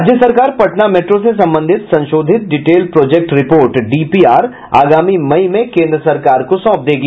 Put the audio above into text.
राज्य सरकार पटना मेट्रो से संबंधित संशोधित डिटेल प्रोजेक्ट रिपोर्ट डीपीआर आगामी मई में केंद्र सरकार को सौंप देगी